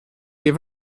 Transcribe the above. give